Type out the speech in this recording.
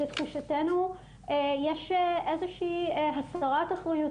לתפיסתנו יש איזו שהיא הסרת אחריות,